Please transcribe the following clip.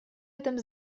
этом